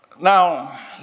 Now